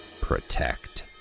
Protect